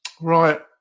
Right